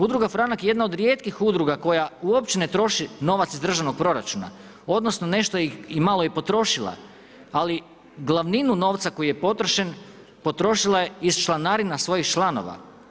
Udruga Franak je jedna od rijetkih udruga koja uopće ne troši novac iz državnog proračuna odnosno nešto je malo i potrošila, ali glavninu novca koji je potrošen, potrošila je iz članarina svojih članova.